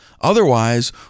Otherwise